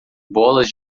bolas